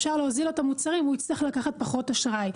אפשר להוזיל לו את המוצרים והוא יצטרך לקחת פחות אשראי,